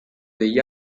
degli